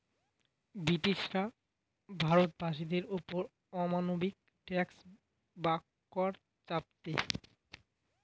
ব্রিটিশরা ভারত বাসীদের ওপর অমানবিক ট্যাক্স বা কর চাপাতি